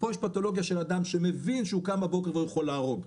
פה יש פתולוגיה של אדם שמבין שהוא קם בבוקר והוא יכול להרוג.